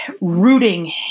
rooting